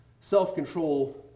self-control